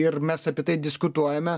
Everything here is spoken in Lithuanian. ir mes apie tai diskutuojame